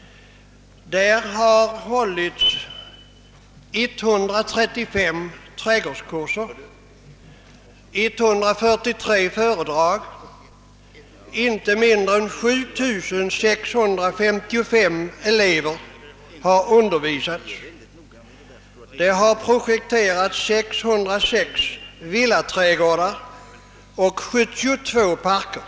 Inom dessa har ordnats 135 trädgårdskurser och hållits 143 föredrag. Inte mindre än 7 655 elever har undervisats. Där har projekterats 606 villaträdgårdar och 72 parker.